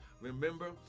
Remember